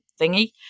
thingy